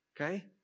okay